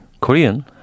Korean